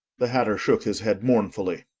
the hatter shook his head mournfully.